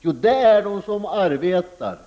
Jo, det är de som arbetar,